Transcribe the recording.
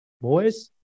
Boys